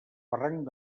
barranc